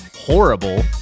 Horrible